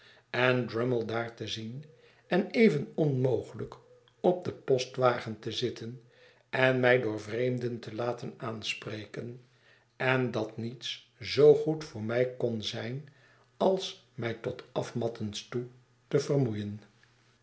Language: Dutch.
en drummle daar te zien en even onmogelijk op den postwagen te zitten en mij door vreemden te laten aanspreken en dat niets zoo goed voor mij kon zijn als mij tot afmattens toe te vermoeien